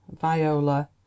Viola